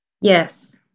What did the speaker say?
yes